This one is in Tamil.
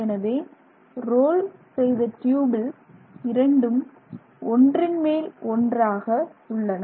எனவே ரோல் செய்த ட்யூபில் இரண்டும் ஒன்றின் மேல் ஒன்றாக உள்ளன